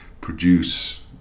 produce